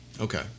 okay